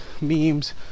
memes